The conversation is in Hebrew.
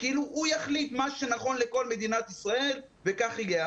כאילו הוא יחליט מה שנכון לכל מדינת ישראל וכך יהיה.